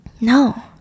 No